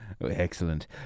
Excellent